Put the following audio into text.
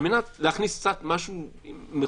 על מנת להכניס קצת משהו מחויך,